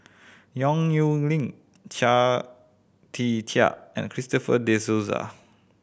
Yong Nyuk Lin Chia Tee Chiak and Christopher De Souza